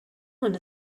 wanta